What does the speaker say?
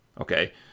okay